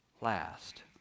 last